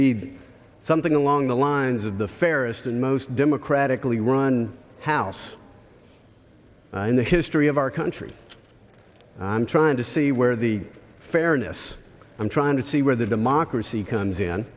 be something along the lines of the fairest and most democratically run house in the history of our country i'm trying to see where the fairness i'm trying to see where the democracy comes in